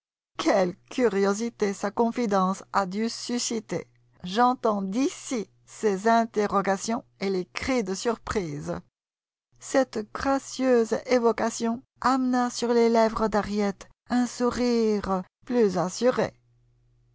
qu'elle curiosité sa confidence a dû susciter j'entends d'ici les interrogations et les cris de surprise cette gracieuse évocation amena sur les lèvres d'harriet un sourire plus assuré